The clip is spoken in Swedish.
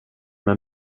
med